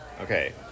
Okay